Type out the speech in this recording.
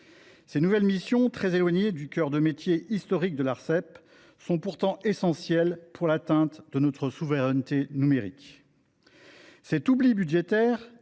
Ces nouvelles missions, très éloignées du cœur de métier historique de l’Arcep, sont pourtant essentielles à l’atteinte de notre souveraineté numérique.